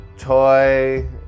toy